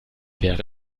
wäre